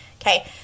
Okay